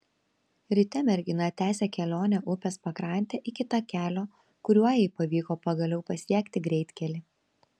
ryte mergina tęsė kelionę upės pakrante iki takelio kuriuo jai pavyko pagaliau pasiekti greitkelį